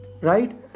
right